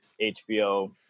hbo